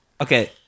Okay